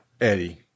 Eddie